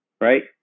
Right